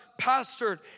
pastored